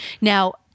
Now